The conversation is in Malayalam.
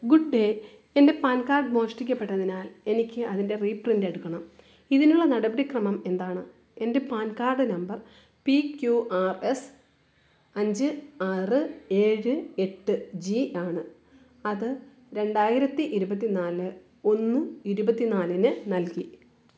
ഗുഡ് ഡേ എന്റെ പാൻ കാഡ് മോഷ്ടിക്കപ്പെട്ടതിനാൽ എനിക്ക് അതിന്റെ റീപ്രിന്റെടുക്കണം ഇതിനുള്ള നടപടിക്രമം എന്താണ് എൻ്റെ PAN card number P Q R S അഞ്ച് ആറ് ഏഴ് എട്ട് ജി ആണ് അത് രണ്ടായിരത്തി ഇരുപത്തി നാല് ഒന്ന് ഇരുപത്തി നാലിന് നൽകി